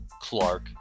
Clark